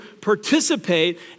participate